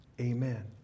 amen